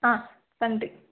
ஆ நன்றி